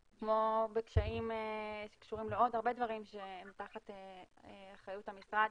בקשיים שקשורים לעוד הרבה דברים שהם תחת אחריות המשרד,